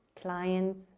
clients